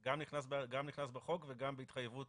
גם נכנס בחוק וגם בהתחייבות